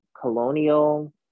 colonial